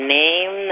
name